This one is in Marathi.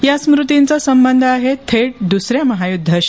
या स्मृतींचा संबंध आहे थेट द्सऱ्या महायुद्वाशी